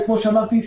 וכמו שאמרתי,